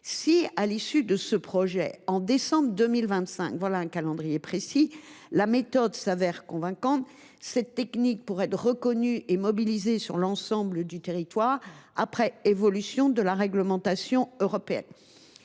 Si, à l’issue de ce projet, au mois de décembre 2025 – voilà un calendrier précis –, la méthode se révélait convaincante, cette technique pourrait être reconnue et mobilisée dans l’ensemble du territoire, après évolution de la réglementation européenne.